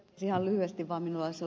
ihan lyhyesti vaan